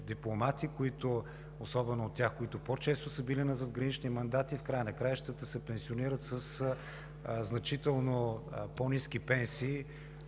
дипломати, особено някои от тях, които по-често са били на задгранични мандати, в края на краищата се пенсионират със значително по-ниски пенсии.